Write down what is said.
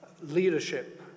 leadership